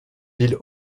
ville